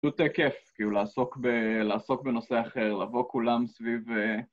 פשוט כיף, כאילו, לעסוק בנושא אחר, לבוא כולם סביב...